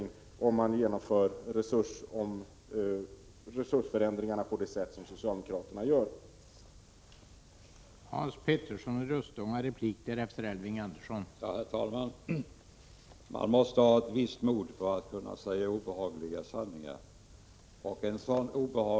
Det blir följden om de resursförändringar genomförs som socialdemokraterna föreslår.